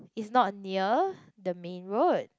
is not near the main road